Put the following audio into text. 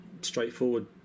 straightforward